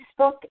Facebook